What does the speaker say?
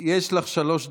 יש לך שלוש דקות.